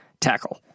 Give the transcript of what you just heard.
Tackle